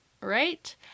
right